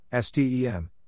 STEM